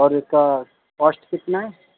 اور اس کا کاسٹ کتنا ہے